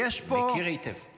מכיר היטב.